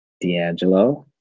D'Angelo